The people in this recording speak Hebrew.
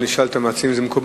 נשאל גם את המציעים אם זה מקובל,